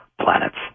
planets